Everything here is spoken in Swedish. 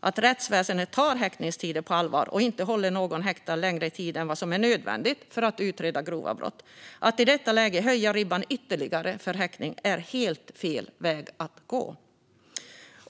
att rättsväsendet tar häktningstider på allvar och inte håller någon häktad längre tid än vad som är nödvändigt för att utreda grova brott. Att i detta läge höja ribban ytterligare för häktning är helt fel väg att gå.